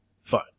Fine